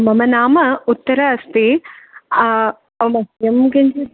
मम नाम उत्तरा अस्ति मह्यं किञ्चित्